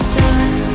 done